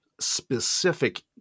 specific